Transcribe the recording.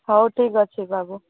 ହଉ ଠିକ୍ ଅଛି ବାବୁ